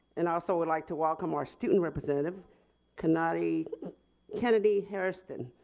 and i also would like to welcome our student representative kennadi kennadi hairston.